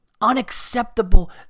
Unacceptable